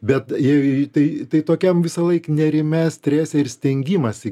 bet jei tai tai tokiam visąlaik nerime strese ir stengimąsi